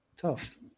tough